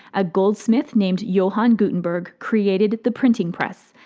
a goldsmith named johann gutenberg created the printing press,